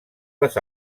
les